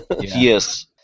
Yes